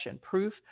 proof